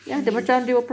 mm